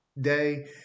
day